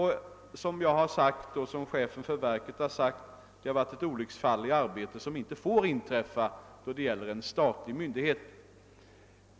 Såsom jag framhållit har emellertid chefen för verket uttalat att det inträffade varit ett olycksfall i arbetet, som inte får inträffa hos en statlig myndighet.